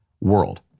world